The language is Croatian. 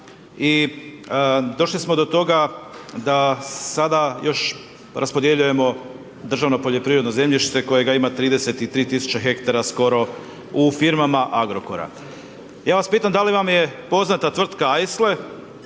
i došli smo do toga da sada još raspodjeljujemo državno poljoprivredno zemljište kojega ima 33.000 hektara skoro u firmama Agrokora. Ja vas pitam da li vam poznata tvrtka Aisle,